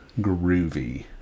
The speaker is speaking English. Groovy